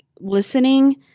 listening